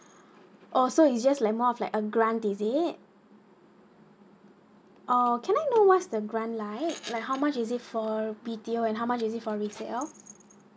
oh so is just like more of like a grant is it oh can I know what's the grant like like how much is it for B_T_O and how much is it for resale